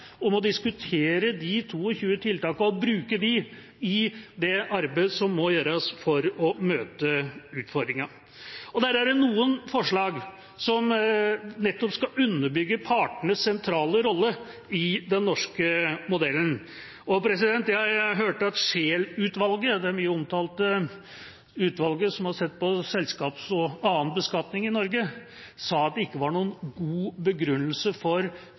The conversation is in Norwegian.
om å diskutere de 22 tiltakene og bruke dem i det arbeidet som må gjøres for å møte utfordringene. Der er det noen forslag som nettopp skal underbygge partenes sentrale rolle i den norske modellen. Jeg hørte at Scheel-utvalget – det mye omtalte utvalget som har sett på selskapsbeskatning og annen beskatning i Norge – sa at det ikke var noen god begrunnelse for